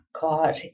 God